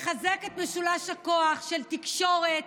לחזק את משולש הכוח של תקשורת,